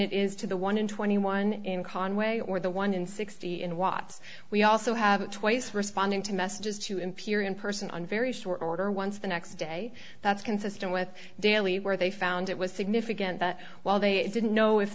it is to the one in twenty one in conway or the one in sixty in watts we also have twice responding to messages to n p r in person on very short order once the next day that's consistent with daily where they found it was significant that while they didn't know if